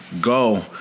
go